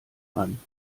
man